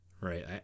right